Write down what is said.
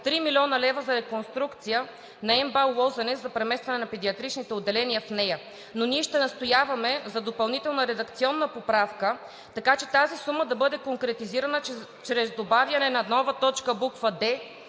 3 млн. лв. за реконструкция на МБАЛ „Лозенец“ и за преместване на педиатричните отделения в нея. Но ние ще настояване за допълнителна редакционна поправка, така че тази сума да бъде конкретизирана чрез добавяне на нова точка – буква